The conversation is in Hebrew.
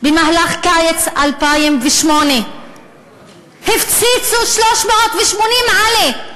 במהלך קיץ 2008. הפציצו 380 עלי.